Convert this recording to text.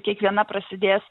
kiekviena prasidės